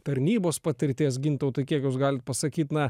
tarnybos patirties gintautai kiek jūs galit pasakyti na